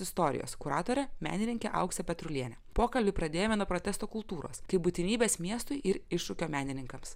istorijos kuratore menininke aukse petruliene pokalbį pradėjome nuo protesto kultūros kaip būtinybės miestui ir iššūkio menininkams